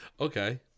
okay